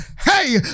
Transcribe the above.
hey